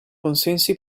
consensi